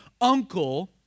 uncle